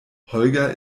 holger